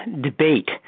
debate